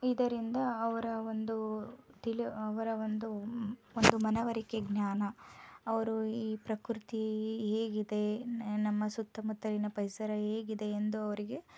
ಇದರಿಂದ ಅವರ ಒಂದು ತಿಳಿ ಅವರ ಒಂದು ಒಂದು ಮನವರಿಕೆ ಜ್ಞಾನ ಅವರು ಈ ಪ್ರಕೃತಿ ಹೇಗಿದೆ ನಮ್ಮ ಸುತ್ತಮುತ್ತಲಿನ ಪರಿಸರ ಹೇಗಿದೆ ಎಂದು ಅವರಿಗೆ